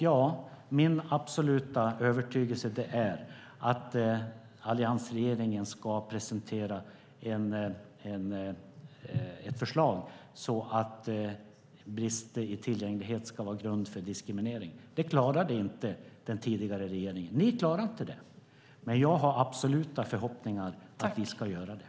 Ja, min absoluta övertygelse är att alliansregeringen ska presentera ett förslag så att brister i tillgänglighet ska vara grund för diskriminering. Det klarade inte den tidigare regeringen. Ni klarade inte det. Men jag har absoluta förhoppningar om att vi ska göra det.